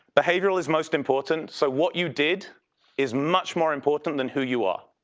behavioral is most important. so what you did is much more important than who you are.